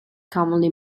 commonly